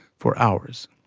for hours.